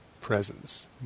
presence